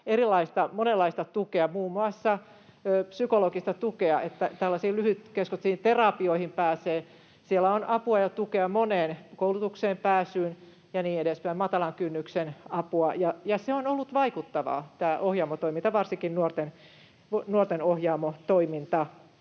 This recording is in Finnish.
monenlaista tukea, muun muassa psykologista tukea, että tällaisiin lyhytkestoisiin terapioihin pääsee. Siellä on apua ja tukea moneen: koulutukseen pääsyyn ja niin edespäin, matalan kynnyksen apua, ja se ohjaamotoiminta on ollut vaikuttavaa, varsinkin nuorten ohjaamotoiminta.